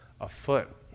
afoot